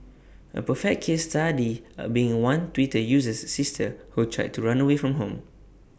A perfect case study are being one Twitter user's sister who tried to run away from home